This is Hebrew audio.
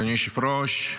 אדוני היושב-ראש,